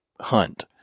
hunt